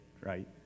right